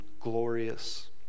glorious